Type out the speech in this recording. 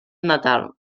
natal